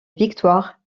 victoire